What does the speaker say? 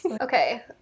Okay